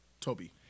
Toby